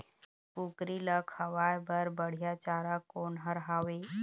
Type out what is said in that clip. कुकरी ला खवाए बर बढीया चारा कोन हर हावे?